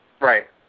Right